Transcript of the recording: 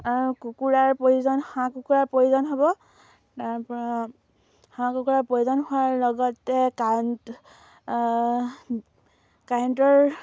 আৰু কুকুৰাৰ প্ৰয়োজন হাঁহ কুকুৰাৰ প্ৰয়োজন হ'ব তাৰ পৰা হাঁহ কুকুৰাৰ প্ৰয়োজন হোৱাৰ লগতে কাৰেণ্ট কাৰেণ্টৰ